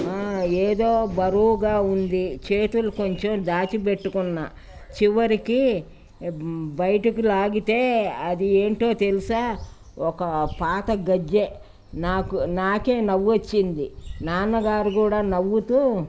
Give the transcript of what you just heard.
ఏదో బరువుగా ఉంది చేతులు కొంచెం దాచి పెట్టుకున్న చివరికి బయటకు లాగితే అది ఏంటో తెలుసా ఒక పాత గజ్జె నాకు నాకే నవ్వు వచ్చింది నాన్నగారు కూడా నవ్వుతూ